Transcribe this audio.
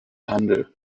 handel